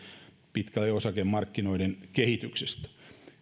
pitkälti osakemarkkinoiden kehityksestä